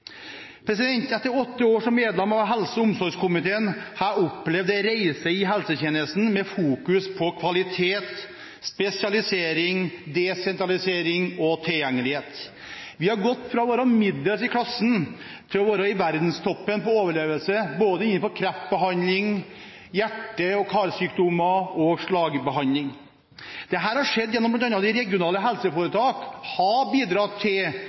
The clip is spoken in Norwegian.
Etter åtte år som medlem av helse- og omsorgskomiteen har jeg opplevd en reise i helsetjenesten med fokus på kvalitet, spesialisering, desentralisering og tilgjengelighet. Vi har gått fra å være middels i klassen til å være i verdenstoppen når det gjelder overlevelse innenfor både kreftbehandling, behandling av hjerte- og karsykdommer og slagbehandling. Dette har skjedd bl.a. gjennom at de regionale